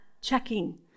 checking